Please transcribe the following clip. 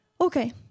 okay